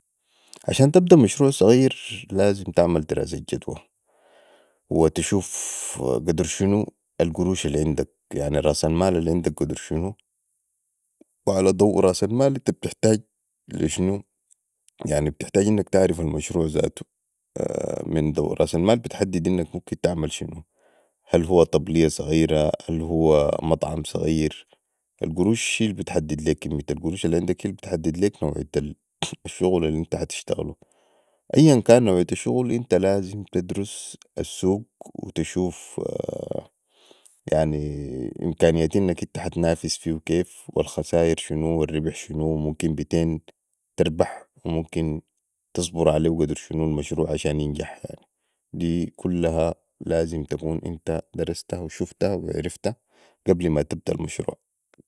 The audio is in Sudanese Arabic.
عشان تبدا مشروع صغير لازم تعمل دراسة جدوه وتشوف قدر شنو القروش العندك يعني راس المال العندك قدر شنو وعلي ضو رأس المال أنت بتحتاج لي شنو يعني بتحتاج انك تعرف المشروع زاتو من ضو راس المال بنحدد انك ممكن تعمل شنو هل هو طبليه صغيرة هل هو مطعم صغير القروش هي البتحدد ليك كمية القروش العندك هي البتحدد نوعيه الشغل الانت ح تستغلو أي كانت نوعية الشغل أنت لازم تدرس السوق وتشوف امكانية انك أنت ح تنافس فيهو كيف والخسابر شنو والربح شنو وممكن بتين تربح وممكن تصبر عليهو قدر شنو المشروع عشان ينجح دي كلها لازم تكون أنت دراستها وشفتها وعرفتها قبل ما تبدا المشروع